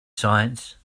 science